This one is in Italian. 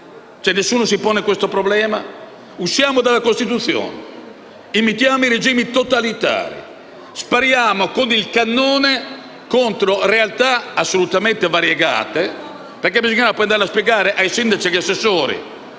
Nessuno si pone questo problema? Usciamo dalla Costituzione, imitiamo i regimi totalitari, spariamo con il cannone contro realtà assolutamente variegate e poi bisognerà andare a spiegare ai sindaci, agli assessori